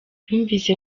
yumvise